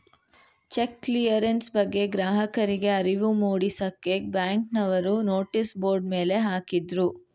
check clearance ಬಗ್ಗೆ ಗ್ರಾಹಕರಿಗೆ ಅರಿವು ಮೂಡಿಸಕ್ಕೆ ಬ್ಯಾಂಕ್ನವರು ನೋಟಿಸ್ ಬೋರ್ಡ್ ಮೇಲೆ ಹಾಕಿದ್ರು